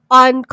on